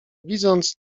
widząc